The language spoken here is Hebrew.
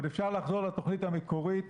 יש